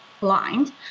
blind